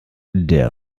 der